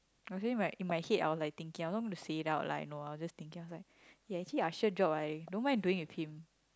I was thinking like in my head I was like thinking I'm not gonna say it out like you know I was just thinking I was like eh actually usher job I don't mind doing with him